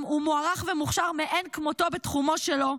הוא מוערך ומוכשר מאין כמותו בתחומו שלו,